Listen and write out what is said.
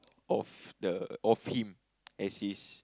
of the of him as his